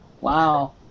Wow